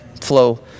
flow